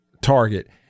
target